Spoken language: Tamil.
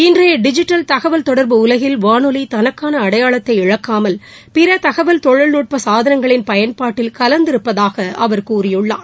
இன்றைய டிஜிட்டல் தகவல் தொடர்பு உலகில் வானொலி தனக்கான அடையாளத்தை இழக்காமல் பிற தகவல் தொழில்நுட்ப சாதனங்களின் பயன்பாட்டில் கலந்திருப்பதாக அவர் கூறியுள்ளார்